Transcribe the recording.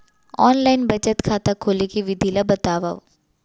Online बचत खाता खोले के विधि ला बतावव?